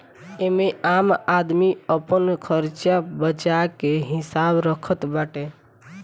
एमे आम आदमी अपन खरचा बर्चा के हिसाब रखत बाटे